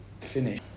finish